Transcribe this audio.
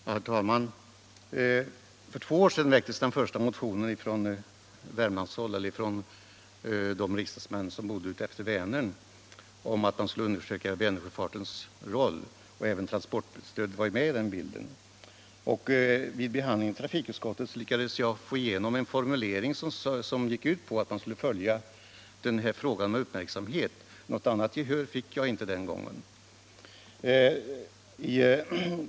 Herr talman! För två år sedan väcktes den första motionen från riksdagsmän som bodde längs Vänern om att undersöka Vänersjöfartens roll. Även transportstödet var med i den bilden. Vid behandlingen i trafikutskottet lyckades jag få igenom en formulering som gick ut på att man skulle följa denna fråga med uppmärksamhet. Något annat gehör fick jag inte den gången.